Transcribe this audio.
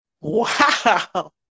Wow